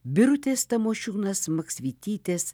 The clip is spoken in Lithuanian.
birutės tamošiūnas maksvytytės